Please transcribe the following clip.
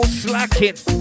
slacking